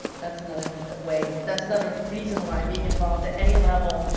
that's another way, that's another reason why being involved at any level.